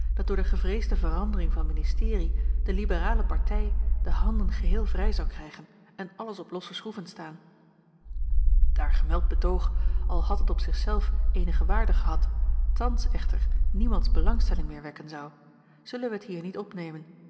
dat door de laasje evenster gevreesde verandering van ministerie de liberale partij de handen geheel vrij zou krijgen en alles op losse schroeven staan daar gemeld betoog al had het op zich zelf eenige waarde gehad thans echter niemands belangstelling meer wekken zou zullen wij het hier niet opnemen